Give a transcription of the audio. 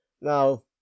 Now